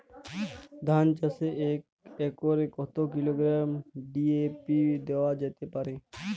ধান চাষে এক একরে কত কিলোগ্রাম ডি.এ.পি দেওয়া যেতে পারে?